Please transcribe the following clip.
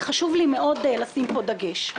וחשוב לי מאוד לשים פה דגש.